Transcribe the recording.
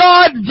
God